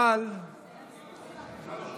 אבל הקמת משרד בתוך משרד,